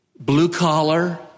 blue-collar